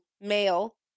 male